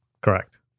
Correct